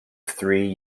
three